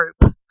group